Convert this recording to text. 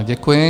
Děkuji.